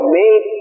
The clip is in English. made